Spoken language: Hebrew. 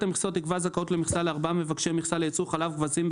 המכסות תקבע זכאות למכסה לארבעה מבקשי מכסה לייצור חלב כבשים,